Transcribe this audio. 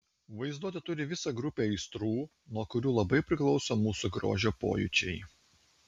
vaizduotė turi visą grupę aistrų nuo kurių labai priklauso mūsų grožio pojūčiai